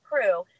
crew